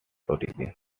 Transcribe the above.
origin